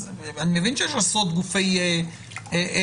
אני מבין שיש עשרות גופי תביעה,